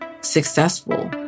successful